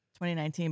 2019